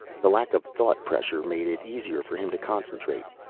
the lack of thought pressure made it easier for him to concentrate.